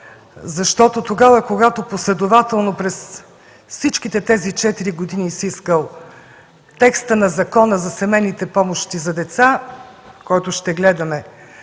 Народно събрание. Когато последователно през всичките тези четири години си искал текста на Закона за семейните помощи за деца, който ще гледаме